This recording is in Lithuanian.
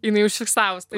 jinai užfiksavus tai